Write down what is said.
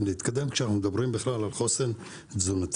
להתקדם כשאנחנו מדברים בכלל על חוסן תזונתי.